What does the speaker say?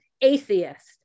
atheist